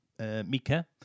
Mika